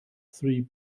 three